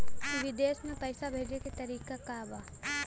विदेश में पैसा भेजे के तरीका का बा?